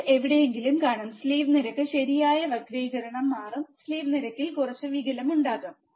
അത് എവിടെയെങ്കിലും കാണും സ്ലീവ് നിരക്ക് ശരിയായ വക്രീകരണം മാറും സ്ലീവ് നിരക്കിൽ കുറച്ച് വികലമുണ്ടാകും